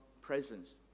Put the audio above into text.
presence